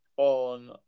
On